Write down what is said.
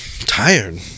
tired